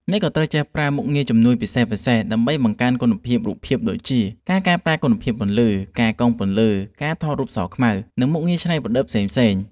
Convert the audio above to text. អ្នកក៏ត្រូវចេះប្រើមុខងារជំនួយពិសេសៗ ដើម្បីបង្កើនគុណភាពរូបភាពដូចជា ការកែប្រែគុណភាពពន្លឺ ការកុងពន្លឺ ការថតរូបស-ខ្មៅ និង មុខងារច្នៃប្រតិដ្ឋផ្សេងៗ។